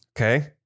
okay